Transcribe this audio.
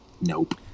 Nope